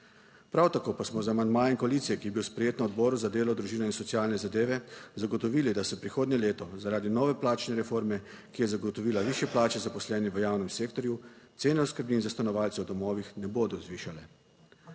Prav tako pa smo z amandmajem koalicije, ki je bil sprejet na Odboru za delo, družino in socialne zadeve, zagotovili, da se prihodnje leto zaradi nove plačne reforme, ki je zagotovila višje plače zaposlenih v javnem sektorju, cene oskrbnin za stanovalce v domovih ne bodo zvišale.